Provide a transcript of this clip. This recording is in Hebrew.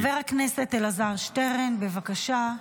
חבר הכנסת אלעזר שטרן, בבקשה.